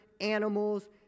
animals